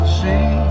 see